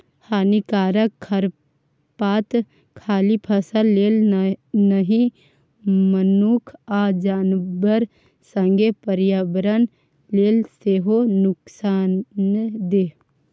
हानिकारक खरपात खाली फसल लेल नहि मनुख आ जानबर संगे पर्यावरण लेल सेहो नुकसानदेह